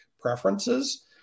preferences